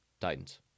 Titans